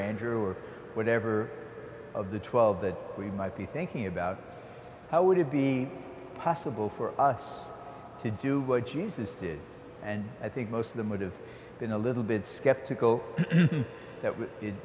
ranger or whatever of the twelve that we might be thinking about how would it be possible for us to do what jesus did and i think most of them would have been a little bit skeptical that